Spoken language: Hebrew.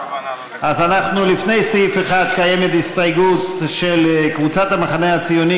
אז לפני סעיף 1 קיימת הסתייגות של חברי הכנסת מרב מיכאלי,